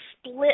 split